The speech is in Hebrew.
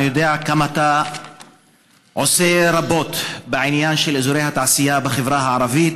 אני יודע כמה רבות אתה עושה בעניין אזורי התעשייה בחברה הערבית.